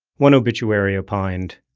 one obituary opined,